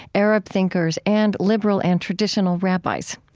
arab thinkers, and liberal and traditional rabbis.